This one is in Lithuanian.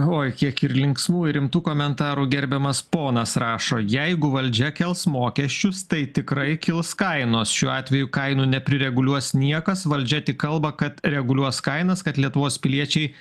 oi kiek ir linksmų ir rimtų komentarų gerbiamas ponas rašo jeigu valdžia kels mokesčius tai tikrai kils kainos šiuo atveju kainų neprireguliuos niekas valdžia tik kalba kad reguliuos kainas kad lietuvos piliečiai